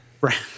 Right